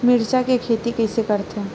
मिरचा के खेती कइसे करथे?